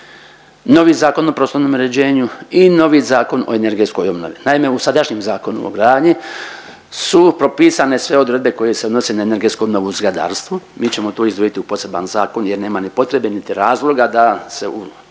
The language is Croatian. novi Zakon o prostornom uređenju i novi Zakon o energetskoj obnovi. Naime, u sadašnjem Zakonu o gradnji su propisane sve odredbe koje se odnose na energetsku obnovu u zgradarstvu. Mi ćemo to izdvojiti u poseban zakon jer nema ni potrebe niti razloga da se u